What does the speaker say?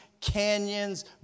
canyons